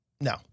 No